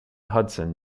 hudson